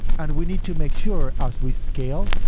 and we need to make sure as we scale,